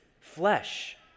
flesh